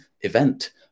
event